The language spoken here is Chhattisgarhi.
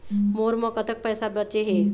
मोर म कतक पैसा बचे हे?